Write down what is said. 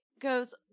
goes